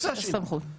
יש סמכות.